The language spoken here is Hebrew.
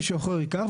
מישהו אחר ייקח.